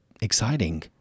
exciting